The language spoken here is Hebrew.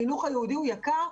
החינוך היהודי הוא יקר,